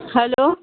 hello